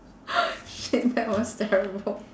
shit that was terrible